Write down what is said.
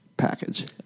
package